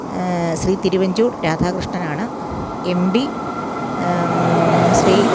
ശ്രീ തിരുവഞ്ചൂർ രാധാകൃഷ്ണനാണ് M B Shri